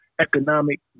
economic